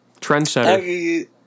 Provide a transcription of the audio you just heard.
Trendsetter